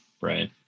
Right